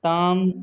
طعام